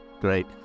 great